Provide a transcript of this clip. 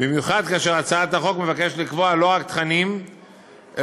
במיוחד משום שבהצעת החוק מוצע לקבוע לא רק תכנים אלא